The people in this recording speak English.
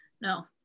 No